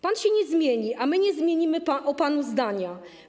Pan się nie zmieni, a my nie zmienimy o panu zdania.